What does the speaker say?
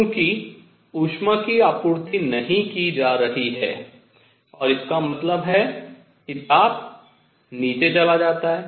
चूँकि ऊष्मा की आपूर्ति नहीं की जा रही है और इसका मतलब है कि ताप नीचे चला जाता है